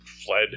Fled